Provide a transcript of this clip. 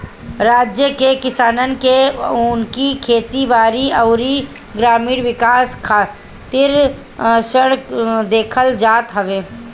राज्य के किसानन के उनकी खेती बारी अउरी ग्रामीण विकास खातिर ऋण देहल जात हवे